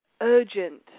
urgent